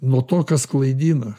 nuo to kas klaidina